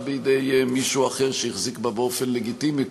בידי מישהו אחר שהחזיק בה באופן לגיטימי,